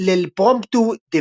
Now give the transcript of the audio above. L'Impromptu de